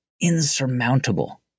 insurmountable